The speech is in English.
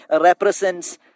represents